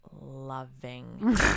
loving